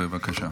בבקשה.